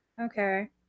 Okay